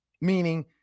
meaning